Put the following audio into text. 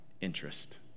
interest